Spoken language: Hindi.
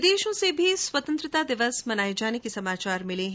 विदेशों से भी स्वतंत्रता दिवस मनाने के समाचार मिले हैं